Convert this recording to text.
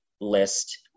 list